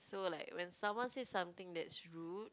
so like when someone says something that is rude